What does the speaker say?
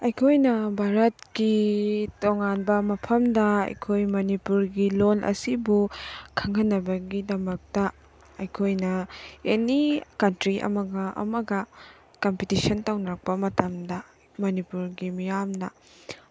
ꯑꯩꯈꯣꯏꯅ ꯚꯥꯔꯠꯀꯤ ꯇꯣꯡꯉꯥꯟꯕ ꯃꯐꯝꯗ ꯑꯩꯈꯣꯏ ꯃꯅꯤꯄꯨꯔꯒꯤ ꯂꯣꯜ ꯑꯁꯤꯕꯨ ꯈꯪꯍꯟꯅꯕꯒꯤꯗꯃꯛꯇꯥ ꯑꯩꯈꯣꯏꯅ ꯑꯦꯅꯤ ꯀꯟꯇ꯭ꯔꯤ ꯑꯃꯒ ꯑꯃꯒ ꯀꯝꯄꯤꯇꯤꯁꯟ ꯇꯧꯅꯔꯛꯄ ꯃꯇꯝꯗ ꯃꯅꯤꯄꯨꯔꯒꯤ ꯃꯤꯌꯥꯝꯅ